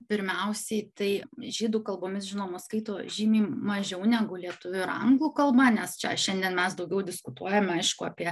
pirmiausiai tai žydų kalbomis žinoma skaito žymiai mažiau negu lietuvių ir anglų kalba nes čia šiandien mes daugiau diskutuojam aišku apie